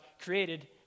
created